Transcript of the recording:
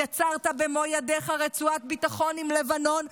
יצרת במו ידיך רצועת ביטחון עם לבנון,